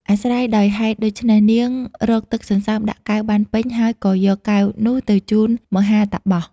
អាស្រ័យដោយហេតុដូច្នេះ នាងរកទឹកសន្សើមដាក់កែវបានពេញ ហើយក៏យកកែវនោះទៅជូនមហាតាបស។